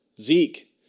Zeke